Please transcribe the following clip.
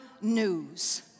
news